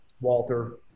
Walter